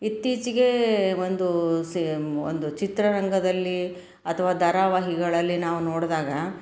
ಇತ್ತೀಚಿಗೆ ಒಂದು ಸಿ ಒಂದು ಚಿತ್ರರಂಗದಲ್ಲಿ ಅಥವಾ ಧಾರಾವಾಹಿಗಳಲ್ಲಿ ನಾವು ನೋಡಿದಾಗ